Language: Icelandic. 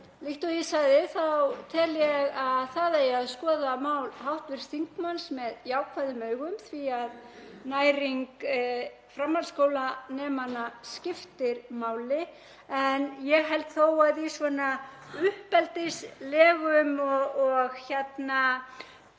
líkt og ég sagði þá tel ég að það eigi að skoða mál hv. þingmanns með jákvæðum augum því að næring framhaldsskólanemana skiptir máli. Ég held þó að í uppeldislegum og þeim